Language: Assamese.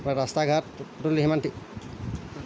ৰাস্তা ঘাট টোটেলি সিমান